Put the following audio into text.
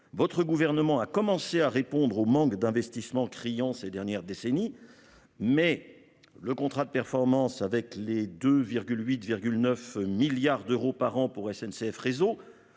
votre gouvernement a commencé à répondre au manque d'investissement criant ces dernières décennies mais le contrat de performance avec les 2, 8, 9 milliards d'euros par an pour SNCF réseau